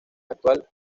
actual